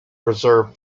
reserve